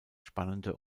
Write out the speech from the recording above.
spannende